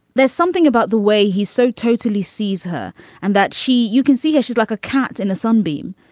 there's something about the way he's so totally sees her and that she. you can see her. she's like a cat in a sunbeam.